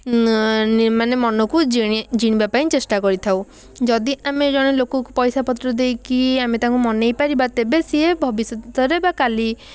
ମାନେ ମନକୁ ଜିଣି ଜିଣିବା ପାଇଁ ଚେଷ୍ଟା କରିଥାଉ ଯଦି ଆମେ ଜଣେ ଲୋକକୁ ପଇସାପତ୍ର ଦେଇକି ତାକୁ ଆମେ ମନେଇ ପାରିବା ତେବେ ସିଏ ଭବିଷ୍ୟତରେ ବା କାଲି